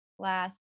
last